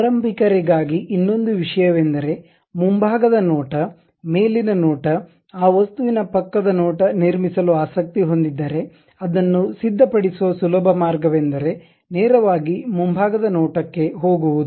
ಆರಂಭಿಕರಿಗಾಗಿ ಇನ್ನೊಂದು ವಿಷಯವೆಂದರೆ ಮುಂಭಾಗದ ನೋಟ ಮೇಲಿನ ನೋಟ ಆ ವಸ್ತುವಿನ ಪಕ್ಕದ ನೋಟ ನಿರ್ಮಿಸಲು ಆಸಕ್ತಿ ಹೊಂದಿದ್ದರೆ ಅದನ್ನು ಸಿದ್ಧಪಡಿಸುವ ಸುಲಭ ಮಾರ್ಗವೆಂದರೆ ನೇರವಾಗಿ ಮುಂಭಾಗದ ನೋಟ ಕ್ಕೆ ಹೋಗುವದು